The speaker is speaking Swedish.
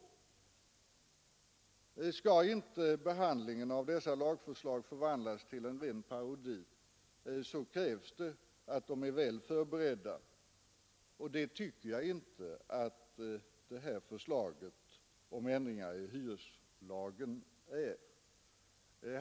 Skall inte behandlingen av dessa lagförslag förvandlas till en ren parodi, krävs det att de är väl förberedda, och det tycker jag inte att det här förslaget om ändringar i hyreslagen är.